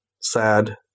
sad